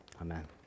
amen